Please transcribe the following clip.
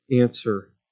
answer